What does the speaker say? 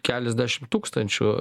keliasdešim tūkstančių